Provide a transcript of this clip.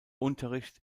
unterricht